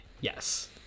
Yes